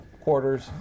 quarters